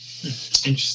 Interesting